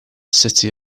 city